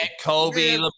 Kobe